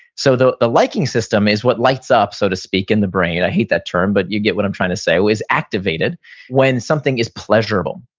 so the the liking system is what lights up, so to speak, in the brain. i hate that term, but you get what i'm trying to say. it was activated when something is pleasurable.